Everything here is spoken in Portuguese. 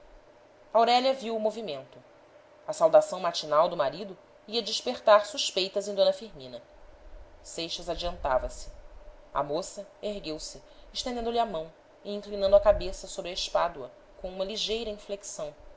aurélia viu o movimento a saudação matinal do marido ia despertar suspeitas em d firmina seixas adiantava-se a moça ergueu-se estendendo-lhe a mão e inclinando a cabeça sobre a espádua com uma ligeira inflexão